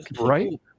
Right